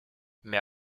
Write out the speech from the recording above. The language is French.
mais